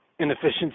inefficiency